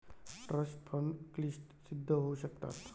trust fund क्लिष्ट सिद्ध होऊ शकतात